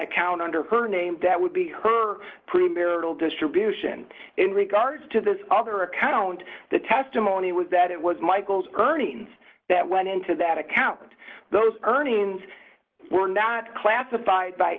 account under her name that would be her distribution in regards to this other account the testimony was that it was michael's earnings that went into that account and those earnings were not classified by